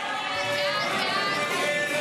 יש לי תקלה.